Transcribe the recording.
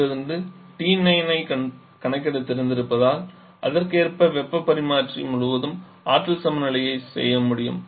இதிலிருந்து T9 ஐக் கணக்கிடத் தெரிந்திருப்பதால் அதற்கேற்ப வெப்பப் பரிமாற்றி முழுவதும் ஆற்றல் சமநிலையைச் செய்ய முடியும்